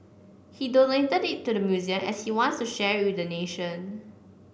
he donated it to the museum as he wants to share with the nation